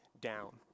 down